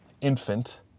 infant